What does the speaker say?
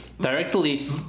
directly